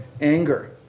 anger